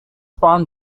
formed